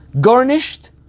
garnished